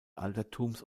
altertums